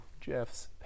Jeff's